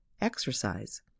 exercise